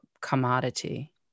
commodity